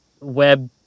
web